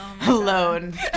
alone